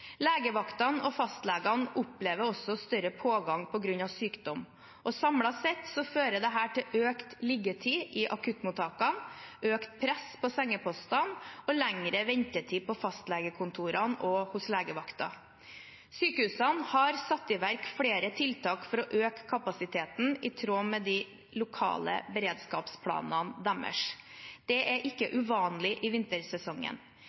Legevaktene og fastlegene opplever også større pågang på grunn av sykdom. Samlet sett fører dette til økt liggetid i akuttmottakene, økt press på sengepostene og lengre ventetid på fastlegekontorene og hos legevaktene. Sykehusene har satt i verk flere tiltak for å øke kapasiteten i tråd med de lokale beredskapsplanene deres. Det er ikke uvanlig i vintersesongen.